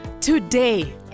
Today